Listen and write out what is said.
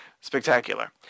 Spectacular